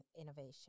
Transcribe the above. innovation